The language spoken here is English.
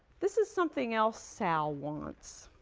this is something else sal wants.